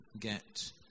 get